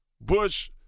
Bush